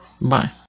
Bye